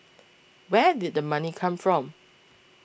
where did the money come from